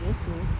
I guess so